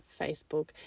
facebook